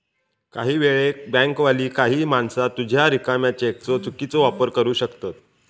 काही वेळेक बँकवाली काही माणसा तुझ्या रिकाम्या चेकचो चुकीचो वापर करू शकतत